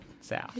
south